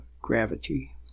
gravity